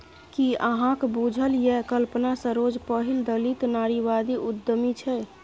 कि अहाँक बुझल यै कल्पना सरोज पहिल दलित नारीवादी उद्यमी छै?